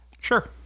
Sure